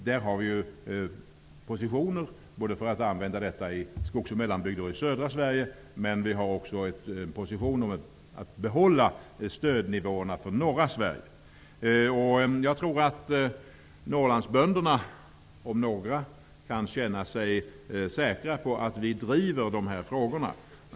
Där har vi positioner både för att använda detta i skogs och mellanbygder i södra Sverige, men också för att behålla stödnivåerna för norra Sverige. Jag tror att Norrlandsbönderna, om några, kan känna sig säkra på att vi driver de här frågorna.